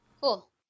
Cool